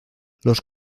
los